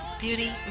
beauty